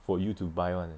for you to buy [one] eh